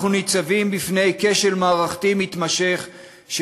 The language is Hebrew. אנחנו ניצבים בפני כשל מערכתי מתמשך של